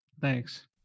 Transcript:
Thanks